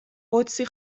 قدسی